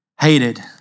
hated